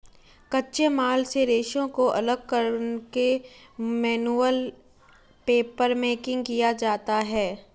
कच्चे माल से रेशों को अलग करके मैनुअल पेपरमेकिंग किया जाता है